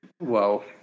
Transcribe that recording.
Wow